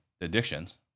addictions